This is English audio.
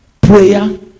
prayer